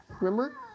remember